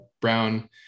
Brown